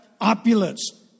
opulence